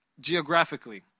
geographically